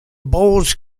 bowls